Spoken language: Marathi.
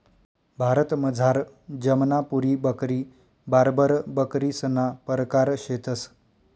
भारतमझार जमनापुरी बकरी, बार्बर बकरीसना परकार शेतंस